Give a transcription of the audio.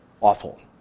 awful